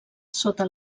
sota